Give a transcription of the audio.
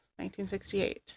1968